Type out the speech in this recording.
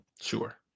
sure